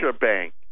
Bank